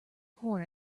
horn